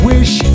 Wish